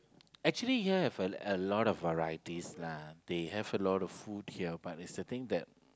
actually here have a a lot of varieties lah they have a lot of food here but is the thing that